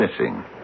missing